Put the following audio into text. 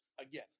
again